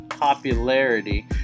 Popularity